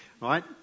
right